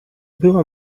była